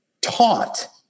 taught